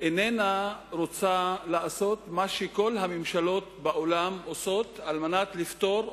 איננה רוצה לעשות מה שכל הממשלות בעולם עושות על מנת לפתור,